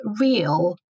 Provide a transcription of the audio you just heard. real